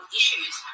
issues